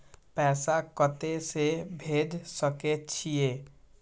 पैसा कते से भेज सके छिए?